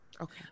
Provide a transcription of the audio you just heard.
okay